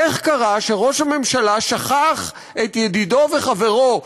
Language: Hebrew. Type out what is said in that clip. איך קרה שראש הממשלה שכח את ידידו וחברו,